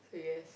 so yes